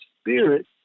spirit